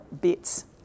bits